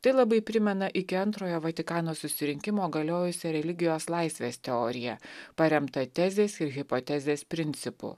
tai labai primena iki antrojo vatikano susirinkimo galiojusią religijos laisvės teoriją paremtą tezės ir hipotezės principu